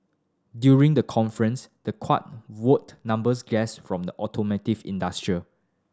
during the conference the kart wowed numbers guest from the automotive industrial